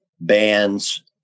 bands